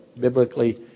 biblically